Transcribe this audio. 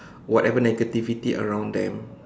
whatever negativity around them